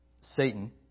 Satan